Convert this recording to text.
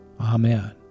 Amen